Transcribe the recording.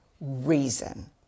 reason